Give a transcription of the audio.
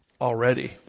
already